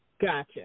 Gotcha